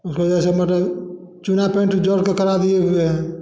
उसको जैसे मतलब चुना कोन से जोड़ के करा दिए हुए है